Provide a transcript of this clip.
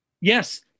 Yes